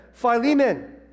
Philemon